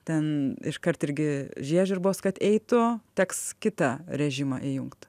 ten iškart irgi žiežirbos kad eitų teks kitą režimą įjungt